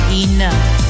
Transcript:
enough